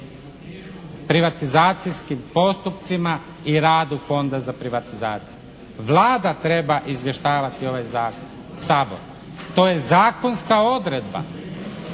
privatizacijskim postupcima i radu Fonda za privatizaciju. Vlada treba izvještavati ovaj Sabor. To je zakonska odredba.